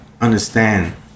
understand